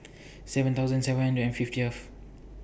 seven thousand seven hundred and fiftieth